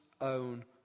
own